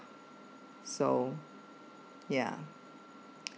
so ya